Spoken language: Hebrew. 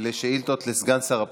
לשאילתות לסגן שר הפנים.